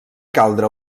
caldre